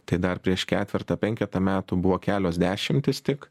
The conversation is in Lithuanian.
tai dar prieš ketvertą penketą metų buvo kelios dešimtys tik